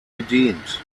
bedient